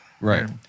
Right